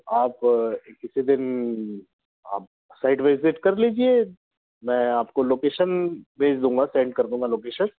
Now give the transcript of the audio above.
आप किसी दिन अप साइट विज़िट कर लीजिए मैं आपको लोकेशन भेज दूँगा सेंड कर देना लोकेशन